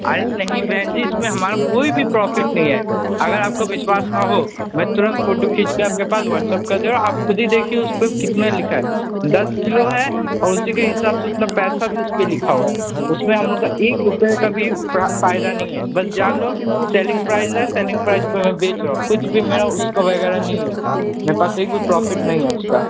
अरे नहीं बहन जी इसमें हमारा कोई भी प्रॉफ़िट नहीं है अगर आपको विश्वास न हो मैं तुरंत फ़ोटू खींच कर आपके पास वाट्सअप कर दे रहा हूँ आप खुदी देखिए उसपे कितना लिखा है दस किलो है और उसी के हिसाब से उतना पैसा भी उस पर लिखा हुआ है उसमें हम लोग का एक रुपये का भी फ़ायदा नहीं है बस जान लो सेलिंग प्राइज़ है सेलिंग प्राइज़ पर मैं बेच रहा हूँ कुछ भी मेरा उसका वगैरह नहीं है मेरे पास एक भी प्रॉफ़िट नहीं है उसका